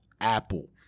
Apple